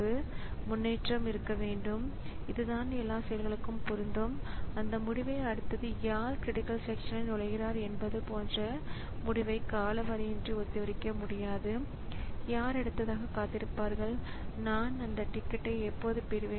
எனவே இடமாற்றம் முடிந்த பின் அது ஸிபியுவின் ப்ராஸஸருக்கு ஒரு குறுக்கீட்டை அனுப்புகிறது சிறிது நேரங்கழித்து ஸிபியு இன்டரப்ட் சர்வீஸ் ராெட்டினுக்கு சென்றபின் இந்த பகுதியில் இன்டரப்ட் சர்வீஸ் ராெட்டின் செயல்படுகிறது